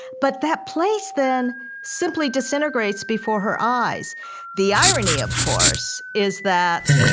but that place then simply disintegrates before her eyes the irony, of course, is that,